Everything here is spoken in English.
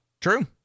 True